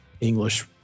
english